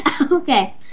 Okay